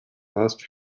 last